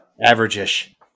Average-ish